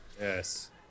Yes